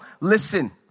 Listen